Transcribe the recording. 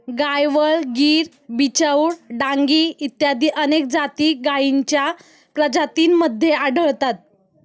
गायवळ, गीर, बिचौर, डांगी इत्यादी अनेक जाती गायींच्या प्रजातींमध्ये आढळतात